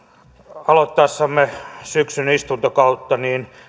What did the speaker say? aloittaessamme syksyn istuntokautta